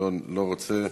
לא רוצה,